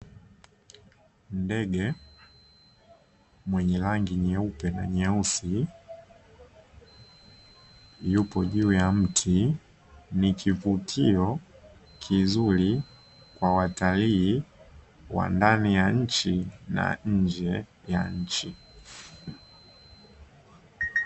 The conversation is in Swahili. Ndege mwenye rangi nyeupe na nyeusi yupo juu ya mti, ni kivutio kizuri kwa watalii wa ndani ya nchi na nje ya nchi.